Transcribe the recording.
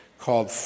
called